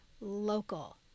local